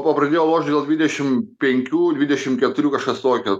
o pradėjau lošt gal dvidešim penkių dvidešim keturių kažkas tokio